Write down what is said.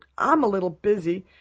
i'm a little busy.